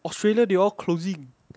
australia they all closing